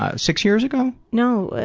ah six years ago? no,